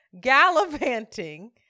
gallivanting